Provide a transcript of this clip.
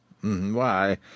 Why